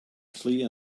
clear